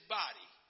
body